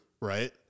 Right